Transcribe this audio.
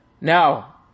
Now